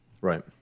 Right